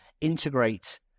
integrate